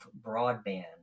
broadband